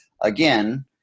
again